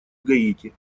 гаити